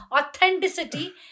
authenticity